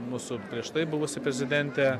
mūsų prieš tai buvusi prezidentė